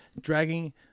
dragging